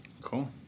Cool